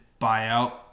buyout